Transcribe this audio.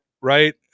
Right